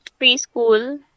preschool